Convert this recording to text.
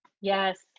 Yes